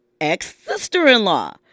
ex-sister-in-law